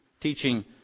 Teaching